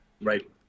right